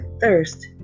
thirst